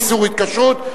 איסור התקשרות),